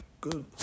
Good